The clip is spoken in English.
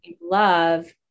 love